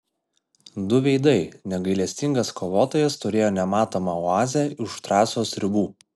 du veidai negailestingas kovotojas turėjo nematomą oazę už trasos ribų